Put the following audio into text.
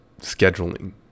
scheduling